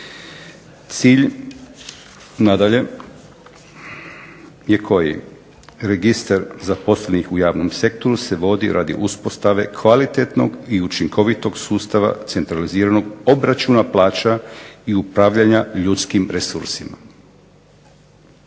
nadalje je koji? Registar zaposlenih u javnom sektoru se vodi radi uspostave kvalitetnog i učinkovitog sustava centraliziranog obračuna plaća i upravljanja ljudskim resursima.